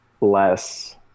less